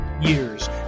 years